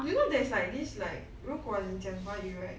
you know there's like this like 如果你讲华语 right